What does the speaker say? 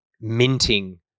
minting